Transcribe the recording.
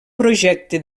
projecte